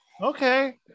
okay